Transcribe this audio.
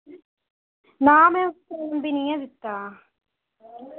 ना में फोन बी नेईं ऐ दित्ता दा